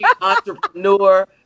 entrepreneur